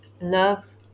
love